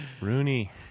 Rooney